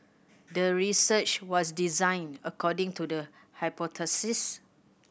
the research was designed according to the hypothesis